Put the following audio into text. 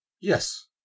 Yes